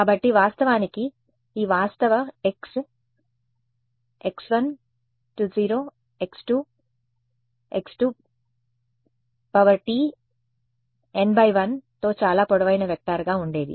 కాబట్టి వాస్తవానికి ఈ వాస్తవ x x1 ··· 0 x2 ··· x2Tn×1 తో చాలా పొడవైన వెక్టార్గా ఉండేది